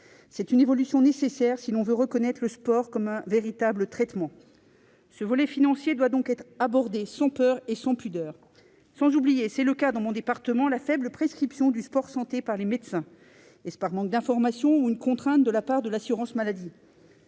C'est une évolution nécessaire si l'on veut reconnaître le sport comme un véritable traitement. Le volet financier doit donc être abordé sans peur et sans pudeur. Je n'oublie pas- le problème se pose dans mon département -la faiblesse des prescriptions de sport-santé par les médecins. Est-ce le fait d'un manque d'information ou une contrainte de la part de l'assurance maladie ?